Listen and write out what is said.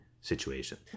situation